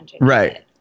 right